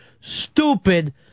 stupid